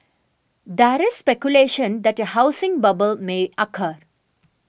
there is speculation that a housing bubble may occur